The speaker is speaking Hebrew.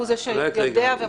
הוא זה שיודע ומוסמך.